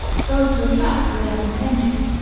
so as to attract the less attention.